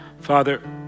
Father